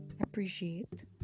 appreciate